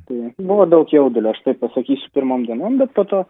tai buvo daug jaudulio aš taip pasakysiu pirmom dienom bet po to